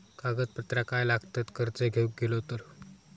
कागदपत्रा काय लागतत कर्ज घेऊक गेलो तर?